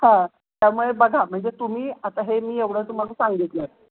हां त्यामुळे बघा म्हणजे तुम्ही आता हे मी एवढं तुम्हाला सांगितलं